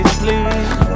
please